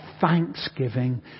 thanksgiving